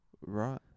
Right